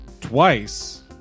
Twice